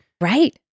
Right